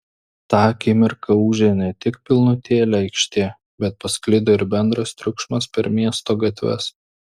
tą akimirką ūžė ne tik pilnutėlė aikštė bet pasklido ir bendras triukšmas per miesto gatves